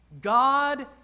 God